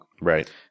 Right